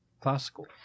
classical